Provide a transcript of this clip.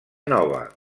nova